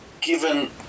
given